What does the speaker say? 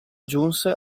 giunse